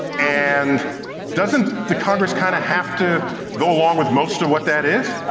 and doesn't the congress kinda have to go along with most of what that is?